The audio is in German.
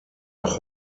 auch